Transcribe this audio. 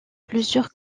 plusieurs